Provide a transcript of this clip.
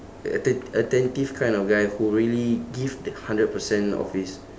uh atten~ attentive kind of guy who really give the hundred percent of his